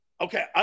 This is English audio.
Okay